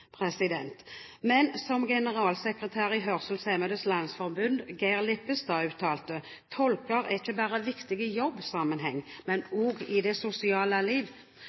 Som generalsekretær i Hørselshemmedes Landsforbund, Geir Lippestad, uttalte: Tolker er ikke bare viktige i jobbsammenheng, men også i det sosiale liv.